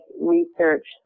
research